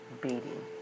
beating